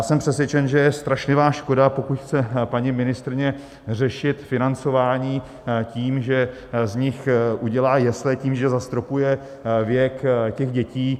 Jsem přesvědčen, že je strašlivá škoda, pokud chce paní ministryně řešit financování tím, že z nich udělá jesle tím, že zastropuje věk dětí.